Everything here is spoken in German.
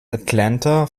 atlanta